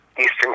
eastern